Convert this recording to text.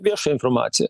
viešą informaciją